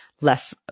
less